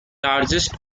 largest